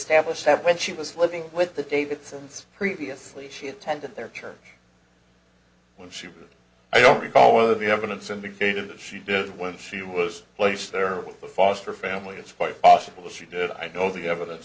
establish that when she was living with the davidsons previously she attended their church when she was i don't recall whether the evidence indicated that she did when she was placed there by the foster family it's quite possible that she did i know the evidence